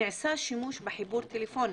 נעשה שימוש בחיבור טלפוני,